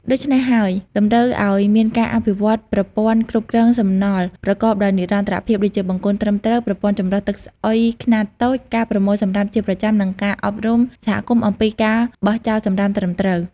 ដូច្នេះហើយ តម្រូវឱ្យមានការអភិវឌ្ឍប្រព័ន្ធគ្រប់គ្រងសំណល់ប្រកបដោយនិរន្តរភាព ដូចជាបង្គន់ត្រឹមត្រូវ ប្រព័ន្ធចម្រោះទឹកស្អុយខ្នាតតូច ការប្រមូលសំរាមជាប្រចាំ និងការអប់រំសហគមន៍អំពីការបោះចោលសំរាមត្រឹមត្រូវ។